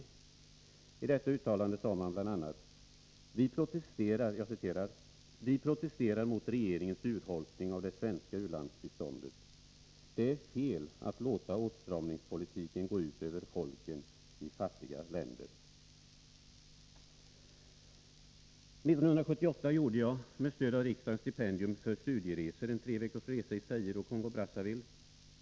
I detta uttalande sade man bl.a.: ”Vi protesterar mot regeringens urholkning av det svenska u-landsbiståndet! Det är fel att låta åtstramningspolitiken gå ut över folken i fattiga länder!” År 1978 gjorde jag, med stöd av riksdagens stipendium för studieresor, en tre veckors resa i Zaire och Kongo-Brazzaville.